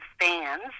fans